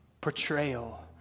portrayal